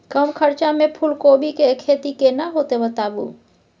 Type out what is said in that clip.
कम खर्चा में फूलकोबी के खेती केना होते बताबू?